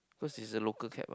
because it's a local cab ah